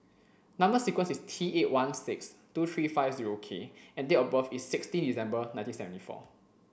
number sequence is T eight one six two three five zero K and date of birth is sixteen December nineteen seventy four